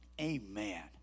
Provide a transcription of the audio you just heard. Amen